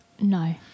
No